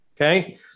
Okay